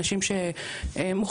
אנשים שהם מוכשרים,